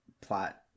plot